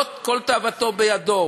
לא כל תאוותו בידו.